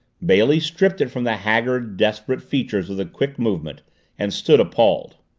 bailey stripped it from the haggard, desperate features with a quick movement and stood appalled.